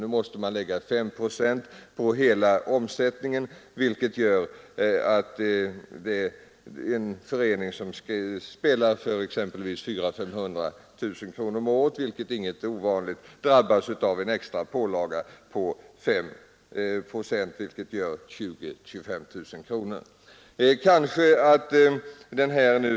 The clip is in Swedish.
Nu däremot måste man lägga 5 procent på hela omsättningen, vilket gör att en förening som spelar för exem pelvis 400 000 — 500 000 kronor om året — vilket inte är ovanligt — drabbas av en extra pålaga på 5 procent, dvs. 20 000 — 25 000 kronor.